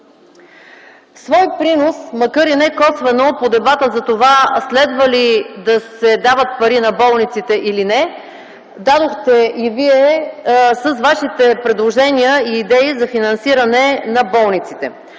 Свой принос, макар и некосвено по дебата за това следва ли да се дават пари на болниците или не, дадохте и Вие с Вашите предложения и идеи за финансиране на болниците.